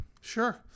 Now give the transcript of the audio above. Sure